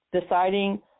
deciding